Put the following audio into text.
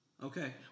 Okay